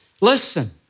listen